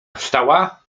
wstała